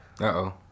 Uh-oh